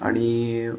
आणि